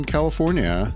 California